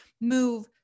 move